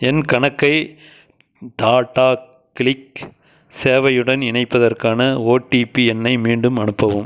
என் கணக்கை டாடா கிளிக் சேவையுடன் இணைப்பதற்கான ஓடிபி எண்ணை மீண்டும் அனுப்பவும்